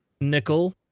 Nickel